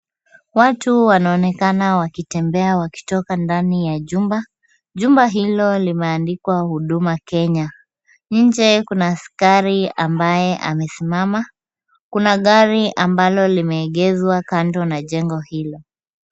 Watu wanaonekana wakitembea wakitoka ndani ya jumba. Jumba hilo limeandikwa Huduma Kenya. Nje kuna askari ambaye amesimama. Kuna gari ambalo limeegezwa kando na jengo hilo.